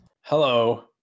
Hello